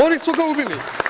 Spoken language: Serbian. Oni su ga ubili.